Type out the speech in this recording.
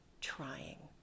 trying